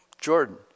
Jordan